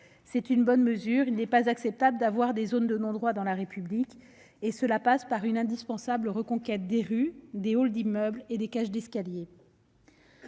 C'est une bonne mesure. Il n'est pas acceptable d'avoir des zones de non-droit dans la République et il faut entreprendre une indispensable reconquête des rues, des halls d'immeuble et des cages d'escalier.